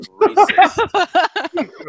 racist